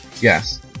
Yes